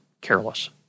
careless